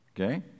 okay